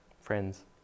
Friends